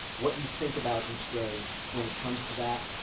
what you think about each day when it comes to that,